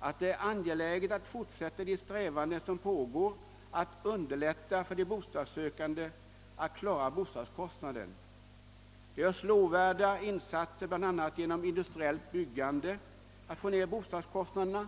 att det är angeläget att fortsätta de strävanden som pågår i syfte att underlätta för de bostadssökande att klara bostadskostnaden. Det görs bl.a. genom industriellt byggan de lovvärda insatser för att nedbringa bostadskostnaderna.